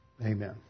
Amen